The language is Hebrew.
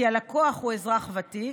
כי הלקוח הוא אזרח ותיק,